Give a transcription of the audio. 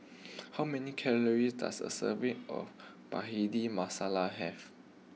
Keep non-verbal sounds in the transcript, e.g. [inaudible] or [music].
[noise] how many calories does a serving of Bhindi Masala have